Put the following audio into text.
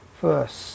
first